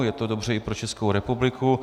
Je to dobře i pro Českou republiku.